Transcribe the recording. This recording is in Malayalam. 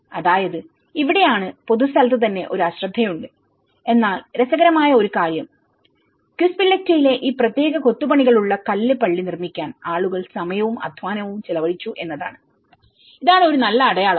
അതായത് ഇവിടെയാണ് പൊതുസ്ഥലത്ത് തന്നെ ഒരു അശ്രദ്ധയുണ്ട് എന്നാൽ രസകരമായ ഒരു കാര്യം ക്വിസ്പില്ലക്റ്റയിലെഈ പ്രത്യേക കൊത്തുപണികളുള്ള കല്ല് പള്ളി നിർമ്മിക്കാൻ ആളുകൾ സമയവും അധ്വാനവും ചെലവഴിച്ചു എന്നതാണ്ഇതാണ് ഒരു നല്ല അടയാളം